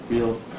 real